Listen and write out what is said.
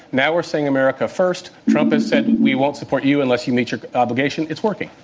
now we're saying america first. trump has said we won't support you unless you meet your obligation. it's working.